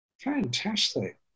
fantastic